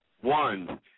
One